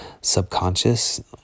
subconscious